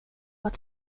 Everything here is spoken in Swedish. att